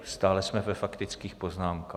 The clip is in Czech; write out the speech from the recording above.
Stále jsme ve faktických poznámkách.